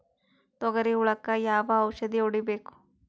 ತೊಗರಿ ಹುಳಕ ಯಾವ ಔಷಧಿ ಹೋಡಿಬೇಕು?